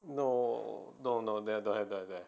no no no they don't have don't have don't have